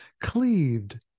cleaved